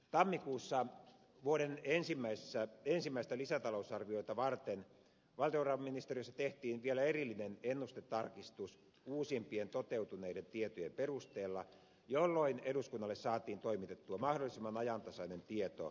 tammikuussa vuoden ensimmäistä lisätalousarviota varten valtiovarainministeriössä tehtiin vielä erillinen ennustetarkistus uusimpien toteutuneiden tietojen perusteella jolloin eduskunnalle saatiin toimitettua mahdollisimman ajantasainen tieto suhdannekehityksestä